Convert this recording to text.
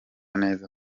neza